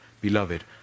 Beloved